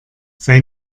sei